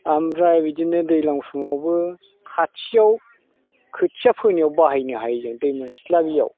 आमफ्राय बिदिनो दैज्लां समावबो खाथियाव खोथिया फोनायाव बाहायनो हायो जों दै मोनस्लाबैयाव